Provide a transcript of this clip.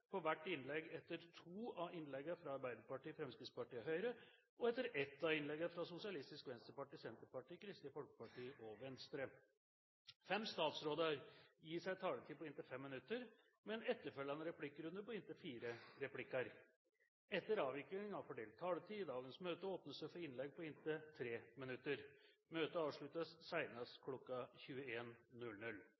på hvert innlegg etter to av innleggene fra Arbeiderpartiet, Fremskrittspartiet og Høyre, og etter ett av innleggene fra Sosialistisk Venstreparti, Senterpartiet, Kristelig Folkeparti og Venstre. Fem statsråder gis en taletid på inntil 5 minutter, med en etterfølgende replikkrunde på inntil fire replikker. Etter avvikling av fordelt taletid i dagens møte åpnes det for innlegg på inntil 3 minutter. Møtet avsluttes